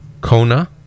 Kona